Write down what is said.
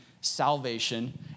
salvation